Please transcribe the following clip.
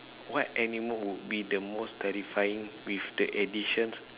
what animal would be the most terrifying with the addition